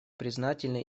признательны